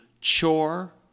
Chore